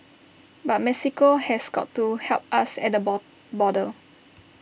but Mexico has got to help us at the bo border